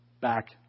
back